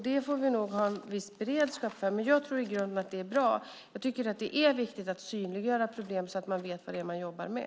Det får vi nog ha en viss beredskap för. Jag tror att det i grunden är bra. Jag tycker att det är viktigt att synliggöra problem så att man vet vad man jobbar med.